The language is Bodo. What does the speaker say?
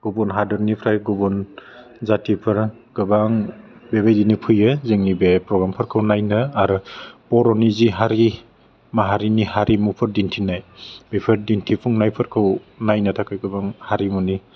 गुबुन हादरनिफ्राय गुबुन जातिफोरा गोबां बेबायदिनो फैयो जोंनि बे प्रग्रामफोरखौ नायनो आरो बर'नि जि हारि माहारिनि हारिमुफोर दिन्थिनाय बेफोर दिन्थिफुंनायफोरखौ नायनो थाखाय गोबां हारिमुनि